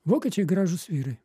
vokiečiai gražūs vyrai